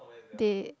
they